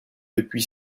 depuis